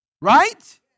Right